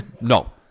No